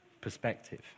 perspective